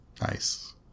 Nice